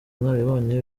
ubunararibonye